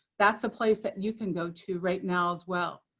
that's a place that you can go to right now as well.